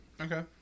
Okay